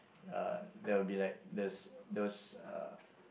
uh there will be like those those uh